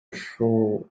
ушул